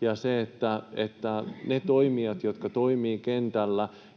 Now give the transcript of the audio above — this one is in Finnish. ja se, että ne toimijat, jotka toimivat